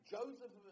Joseph